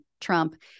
Trump